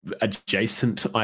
adjacent